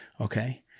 Okay